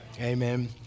Amen